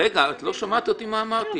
רגע, את לא שומעת אותי מה אמרתי?